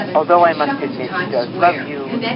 although i must admit he does love you,